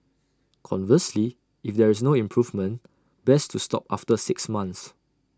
conversely if there is no improvement best to stop after six months